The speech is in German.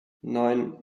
neun